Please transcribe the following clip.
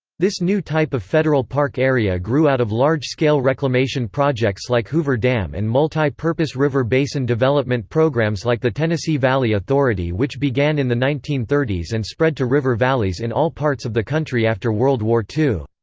this new type of federal park area grew out of large scale reclamation projects like hoover dam and multi purpose river basin development programs like the tennessee valley authority which began in the nineteen thirty s and spread to river valleys in all parts of the country after world war ii.